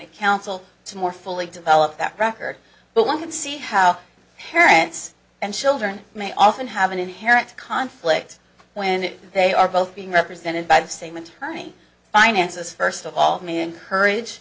d counsel to more fully develop that record but one can see how parents and children may often have an inherent conflict when they are both being represented by the same attorney finances first of all me